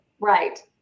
Right